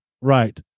right